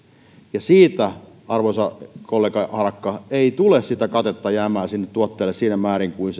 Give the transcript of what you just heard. ja siitä arvoisa kollega harakka ei tule katetta jäämään tuotteelle siinä määrin kuin